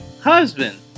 husband